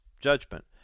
judgment